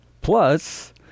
plus